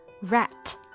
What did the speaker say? Rat